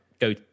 go